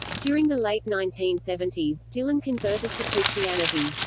during the late nineteen seventy s, dylan converted to christianity.